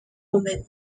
romaine